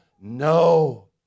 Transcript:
No